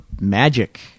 magic